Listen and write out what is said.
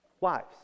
Wives